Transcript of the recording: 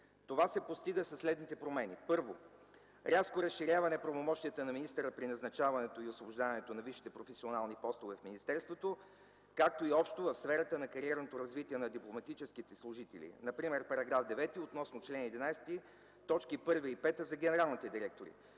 Това се постига със следните промени: Първо, рязко разширяване правомощията на министъра при назначаването и освобождаването на висшите професионални постове в министерството, както и общо в сферата на кариерното развитие на дипломатическите служители, например § 9 относно чл. 11, точки 1 и 5 за генералните директори;